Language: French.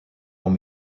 long